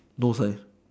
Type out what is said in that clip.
no sign